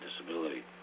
disability